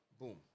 Boom